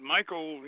Michael